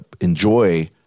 enjoy